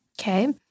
Okay